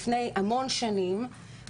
לפני המון שנים,